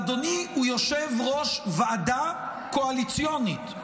אדוני הוא יושב-ראש ועדה קואליציונית,